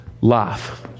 life